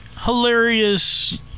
hilarious